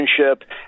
relationship